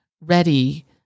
ready